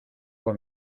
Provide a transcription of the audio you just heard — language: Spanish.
con